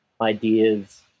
ideas